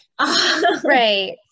Right